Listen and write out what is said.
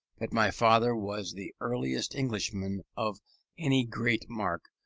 but my father was the earliest englishman of any great mark,